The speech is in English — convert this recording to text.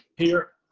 here.